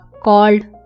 called